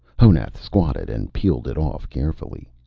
honath squatted and peeled it off carefully.